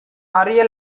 அறிய